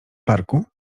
parku